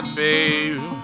babe